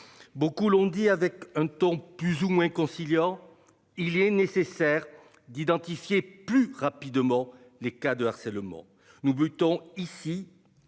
Beaucoup l'ont dit avec un temps plus ou moins conciliant. Il est nécessaire d'identifier plus rapidement les cas de harcèlement. Nous butons ici.